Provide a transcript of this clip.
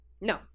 No